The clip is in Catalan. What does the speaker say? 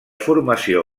formació